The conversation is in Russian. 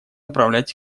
направлять